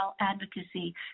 advocacy